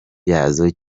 yazo